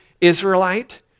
Israelite